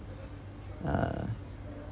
uh